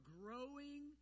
growing